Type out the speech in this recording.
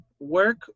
Work